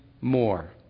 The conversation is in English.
more